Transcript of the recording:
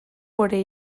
gure